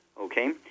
Okay